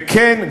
וכן,